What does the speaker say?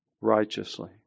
righteously